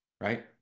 right